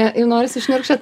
ir norisi šniurkščiot